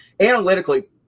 Analytically